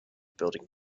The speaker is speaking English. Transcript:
building